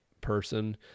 person